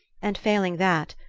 and failing that,